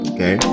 Okay